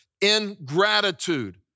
ingratitude